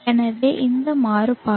எனவே இந்த மாறுபாடு